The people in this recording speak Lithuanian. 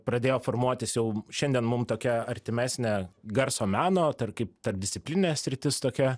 pradėjo formuotis jau šiandien mum tokia artimesnė garso meno tarkim tarpdisciplininė sritis tokia